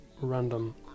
random